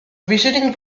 visiting